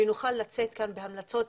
ונוכל לצאת כאן בהמלצות,